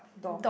door